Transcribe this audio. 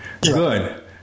good